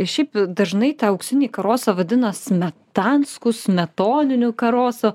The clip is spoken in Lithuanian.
šiaip dažnai tą auksinį karosą vadina smetanskus smetoniniu karosu